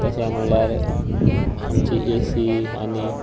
तशें म्हणल्यार आमची एसी आनी